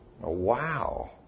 Wow